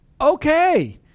Okay